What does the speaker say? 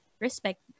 respect